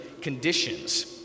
conditions